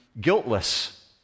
guiltless